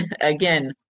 again